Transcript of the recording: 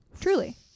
Truly